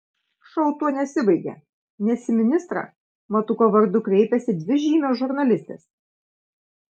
šou tuo nesibaigia nes į ministrą matuko vardu kreipiasi dvi žymios žurnalistės